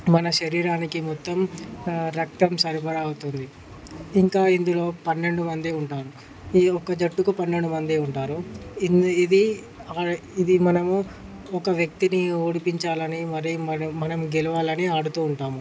మన శరీరానికి మొత్తం రక్తం సరఫరా అవుతుంది ఇంకా ఇందులో పంన్నెండు మంది ఉంటారు ఈ ఒక్క జట్టుకి పన్నెండు మంది ఉంటారు ఇంది ఇది ఇది మనము ఒక వ్యక్తిని ఓడిపించాలని మరియు మనం మనం గెలవాలని ఆడుతూ ఉంటాము